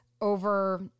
over